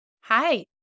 Hi